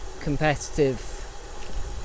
competitive